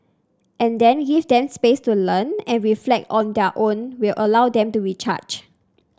and then give them space to learn and reflect on their own will allow them to recharge